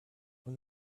when